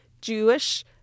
Jewish